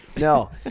No